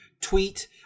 tweet